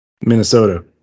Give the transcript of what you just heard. Minnesota